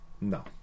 no